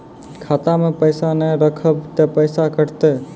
खाता मे पैसा ने रखब ते पैसों कटते?